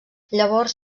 llavors